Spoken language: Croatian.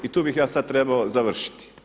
I tu bih ja sada trebao završiti.